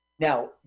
Now